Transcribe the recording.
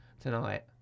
tonight